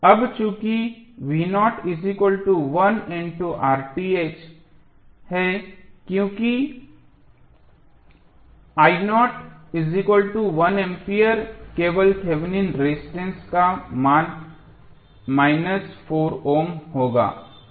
अब चूंकि है क्योंकि ampere केवल थेवेनिन रेजिस्टेंस का मान माइनस 4 ओम होगा